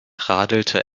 radelte